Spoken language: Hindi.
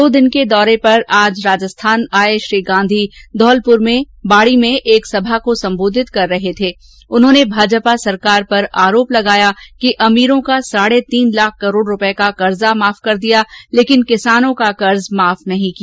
दो दिन के दौरे पर राजस्थान आए श्री गांधी आज धौलपुर में बाड़ी में एक सभा को सम्बोधित करते हुए भाजपा सरकार पर आरोप लगाया कि अमीर्रो का साढ़े तीन लाख करोड़ रूपए का कर्जा माफ कर दिया लेकिन किसानों का कर्ज को माफ नहीं किया